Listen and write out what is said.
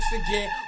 again